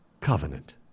covenant